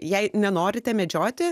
jei nenorite medžioti